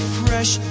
fresh